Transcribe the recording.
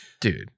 dude